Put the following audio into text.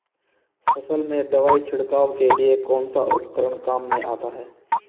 फसल में दवाई छिड़काव के लिए कौनसा उपकरण काम में आता है?